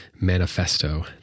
Manifesto